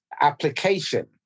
application